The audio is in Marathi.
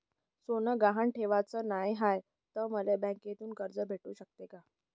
सोनं गहान ठेवाच नाही हाय, त मले बँकेतून कर्ज भेटू शकते का?